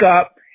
up